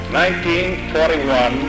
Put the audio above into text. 1941